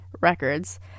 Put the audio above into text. records